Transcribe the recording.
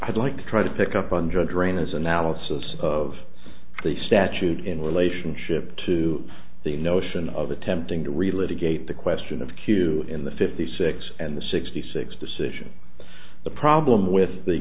i'd like to try to pick up on judge rayna's analysis of the statute in relationship to the notion of attempting to relate a gate the question of q in the fifty six and the sixty six decision the problem with the